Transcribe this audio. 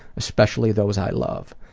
especially those i love.